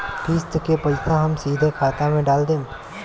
किस्त के पईसा हम सीधे खाता में डाल देम?